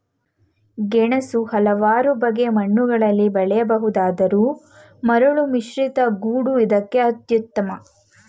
ಗೆಣಸು ಹಲವಾರು ಬಗೆ ಮಣ್ಣುಗಳಲ್ಲಿ ಬೆಳೆಯಬಲ್ಲುದಾದರೂ ಮರಳುಮಿಶ್ರಿತ ಗೋಡು ಇದಕ್ಕೆ ಅತ್ಯುತ್ತಮ